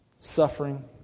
suffering